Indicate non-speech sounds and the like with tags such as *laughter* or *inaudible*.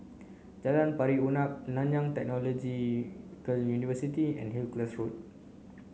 Jalan Pari Unak Nanyang Technological *unintelligible* University and Hillcrest Road